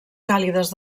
càlides